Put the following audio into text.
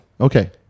Okay